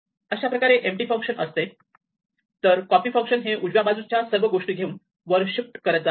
अशाप्रकारे empty function असते तर कॉपी फंक्शन हे उजव्या बाजूच्या सर्व गोष्टी घेऊन वर शिफ्ट करत जाते